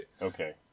Okay